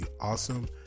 awesome